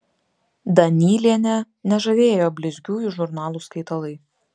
danylienę nežavėjo blizgiųjų žurnalų skaitalai